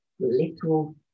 little